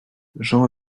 j’en